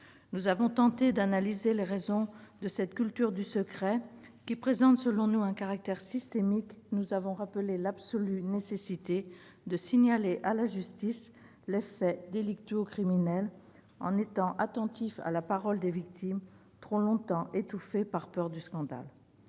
Nous avons tenté d'analyser les raisons de cette culture du secret, qui présente selon nous un caractère systémique, et nous avons rappelé l'absolue nécessité de signaler à la justice les faits délictueux ou criminels, en étant attentif à la parole des victimes, trop longtemps étouffée par peur du scandale.